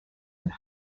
and